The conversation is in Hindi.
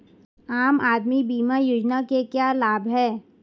आम आदमी बीमा योजना के क्या लाभ हैं?